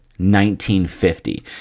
1950